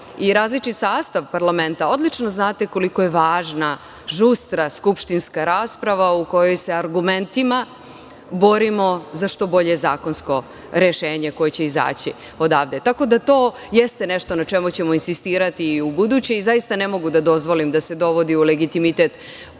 i različit sastav parlamenta, odlično znate koliko je važna žustra skupštinska rasprava, u kojoj se argumentima borimo za što bolje zakonsko rešenje koje će izaći odavde. Tako da, to jeste nešto na čemu ćemo insistirati ubuduće i zaista ne mogu da dozvolim da se dovodi u pitanje